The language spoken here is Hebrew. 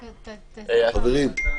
חברים.